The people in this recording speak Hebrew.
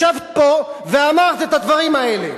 ישבת פה ואמרת את הדברים האלה.